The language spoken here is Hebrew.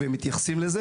והם מתייחסים לזה